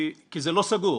כי זה לא סגור.